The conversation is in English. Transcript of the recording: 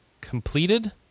completed